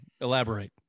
elaborate